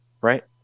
right